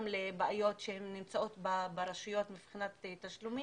לבעיות שנמצאות ברשויות מבחינת תשלומים.